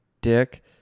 dick